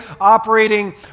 operating